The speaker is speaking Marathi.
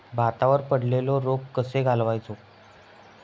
भातावर पडलेलो रोग कसो घालवायचो?